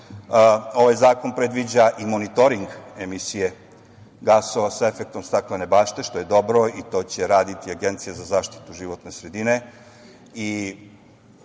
zakon predviđa i monitoring emisije gasova sa efektom staklene bašte, što je dobro i to će raditi Agencija za zaštitu životne sredine